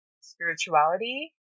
spirituality